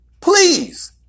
please